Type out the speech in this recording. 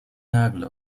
nagel